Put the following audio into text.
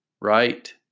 right